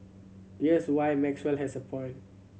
there's why Maxwell has a point